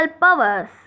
powers